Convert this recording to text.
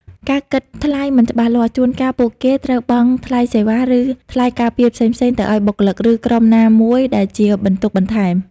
ការគិតថ្លៃមិនច្បាស់លាស់ ជួនកាលពួកគេត្រូវបង់ថ្លៃសេវា ឬ ថ្លៃការពារផ្សេងៗទៅឱ្យបុគ្គល ឬក្រុមណាមួយ ដែលជាបន្ទុកបន្ថែម ។